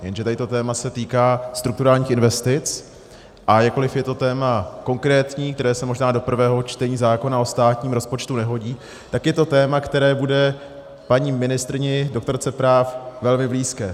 Jenže tady to téma se týká strukturálních investic, a jakkoliv je to téma konkrétní, které se možná do prvého čtení zákona o státním rozpočtu nehodí, tak je to téma, které bude paní ministryni, doktorce práv, velmi blízké.